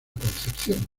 concepción